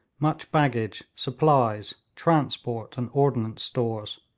much baggage, supplies, transport and ordnance stores.